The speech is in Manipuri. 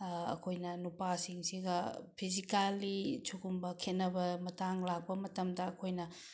ꯑꯩꯈꯣꯏꯅ ꯅꯨꯄꯥꯁꯤꯡꯁꯤꯒ ꯐꯤꯖꯤꯀꯦꯜꯂꯤ ꯁꯤꯒꯨꯝꯕ ꯈꯦꯠꯅꯕ ꯃꯇꯥꯡ ꯂꯥꯛꯄ ꯃꯇꯝꯗ ꯑꯩꯈꯣꯏꯅ